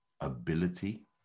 ability